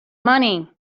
money